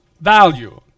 value